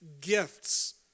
gifts